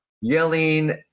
Yelling